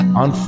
on